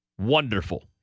wonderful